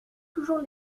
toujours